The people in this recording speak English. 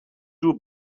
too